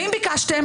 ואם ביקשתם,